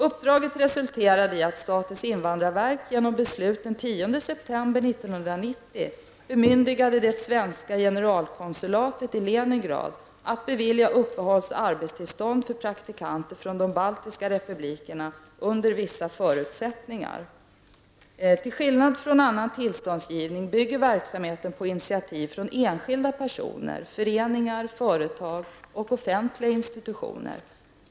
Uppdraget resulterade i att statens invandrarverk genom beslut den 10 september 1990 bemyndigade det svenska generalkonsulatet i Leningrad att bevilja uppehålls och arbetstillstånd för praktikanter från de baltiska republikerna under vissa förutsättningar. Till skillnad från annan tillståndsgivning bygger verksamheten på initiativ från enskilda personer, föreningar, företag och offentliga institutioner.